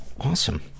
Awesome